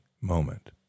moment